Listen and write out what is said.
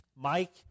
Mike